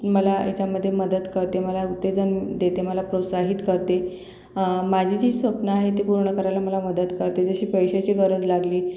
मला याच्यामध्ये मदत करते मला उत्तेजन देते मला प्रोत्साहित करते माझी जी स्वप्न आहे ती पूर्ण करायला मला मदत करते जशी पैशाची गरज लागली